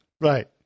Right